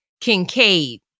Kincaid